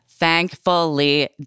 thankfully